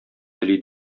тели